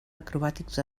acrobàtics